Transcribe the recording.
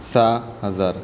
सहा हजार